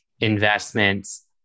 investments